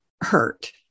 hurt